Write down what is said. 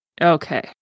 Okay